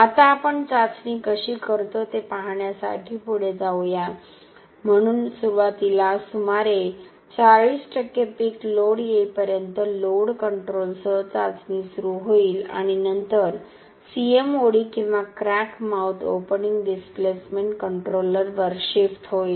आता आपण चाचणी कशी करतो ते पाहण्यासाठी पुढे जाऊ या म्हणून सुरुवातीला सुमारे 40 पीक लोड येईपर्यंत लोड कंट्रोलसह चाचणी सुरू होईल आणि नंतर CMOD किंवा क्रॅक माउथ ओपनिंग डिस्प्लेसमेंट कंट्रोलरवर शिफ्ट होईल